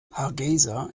hargeysa